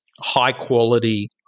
high-quality